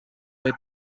way